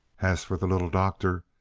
as for the little doctor,